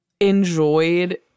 enjoyed